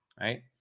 right